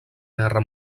guerra